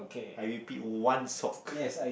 I repeat one sock